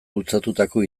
bultzatutako